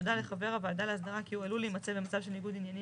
נודע לחבר הוועדה להסדרה כי הוא עלול להימצא במצב של ניגוד עניינים,